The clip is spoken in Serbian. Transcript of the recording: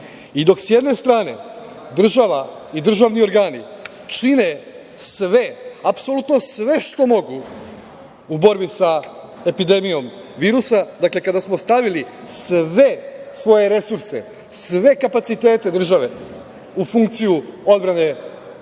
sa jedne strane država i državni organi čine sve, apsolutno sve što mogu u borbi sa epidemijom virusa, dakle kada smo stavili sve svoje resurse, sve kapacitete države u funkciju odbrane od